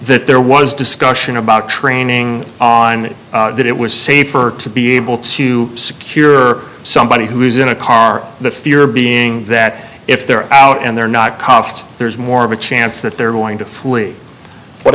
that there was discussion about training on that it was safer to be able to secure somebody who's in a car the fear being that if they're out and they're not cost there's more of a chance that they're going to flee what